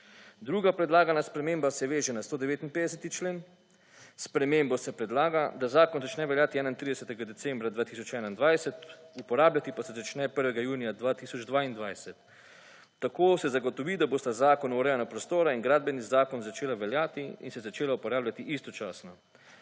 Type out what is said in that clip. Druga predlagana sprememba se veže na 159. člen, s spremembo se predlaga, da zakon začne veljati 31. decembra 2021, uporabljati pa se začne 1. junija 2022, tako se zagotovi, da bosta Zakon o urejanju prostora in gradbeni zakon začela veljati in se začela uporabljati istočasno.